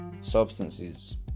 substances